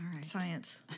science